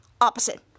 opposite